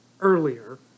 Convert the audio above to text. earlier